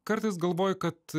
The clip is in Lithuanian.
kartais galvoju kad